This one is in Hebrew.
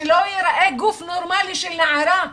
שלא ייראה גוף נורמלי של נערה.